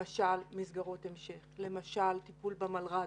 מסגרות המשך, טיפול במלר"ד,